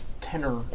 tenor